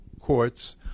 courts